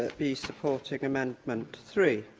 ah be supporting amendment three.